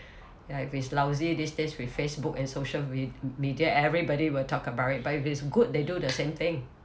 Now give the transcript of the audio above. ya if it's lousy these days with facebook and social me~ media everybody will talk about it but if it's good they do the same thing